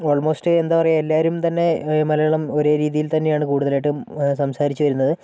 almost എന്താ പറയുക എല്ലാവരും തന്നെ അ മലയാളം ഒരേ രീതിയിൽ തന്നെയാണ് കൂടുതലായിട്ടും സംസാരിച്ച് വരുന്നത്